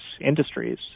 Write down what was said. industries